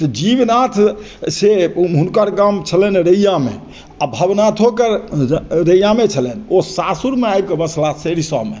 तऽ जीवनाथ से हुनकर गाम छलनि हेँ रैयामे आ भवनाथोके रैयामे छलनि ओ सासुरमे आबिके बसलाह सरिसबमे